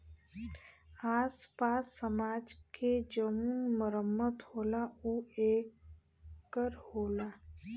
आस पास समाज के जउन मरम्मत होला ऊ ए कर होला